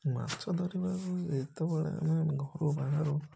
ମାଛ ଧରିବାକୁ ଯେତେବେଳେ ଆମେ ଘରୁ ବାହାରୁ